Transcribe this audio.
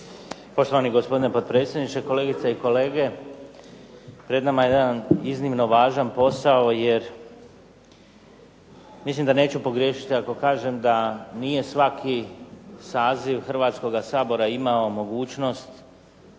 Poštovani gospodine potpredsjedniče. Kolegice i kolege. Pred nama je jedan iznimno važan posao jer mislim da neću pogriješiti ako kažem da nije svaki saziv Hrvatskoga sabora imao mogućnost